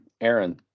Aaron